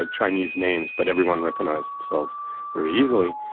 ah chinese names, but everyone recognised themselves very easily.